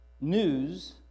news